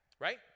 right